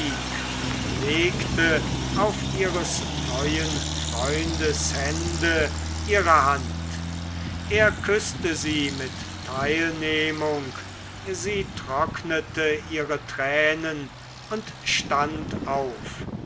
und legte auf ihres neuen freundes hände ihre hand er küßte sie mit teilnehmung sie trocknete ihre tränen und stand auf